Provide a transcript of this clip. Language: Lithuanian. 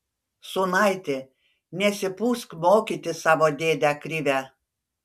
sūnaiti nesipūsk mokyti savo dėdę krivę